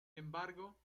embargo